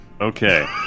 Okay